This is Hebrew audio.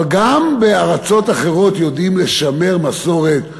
אבל גם בארצות אחרות יודעים לשמר מסורת.